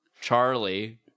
Charlie